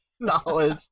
knowledge